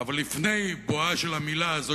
אבל לפני בואה של המלה הזאת,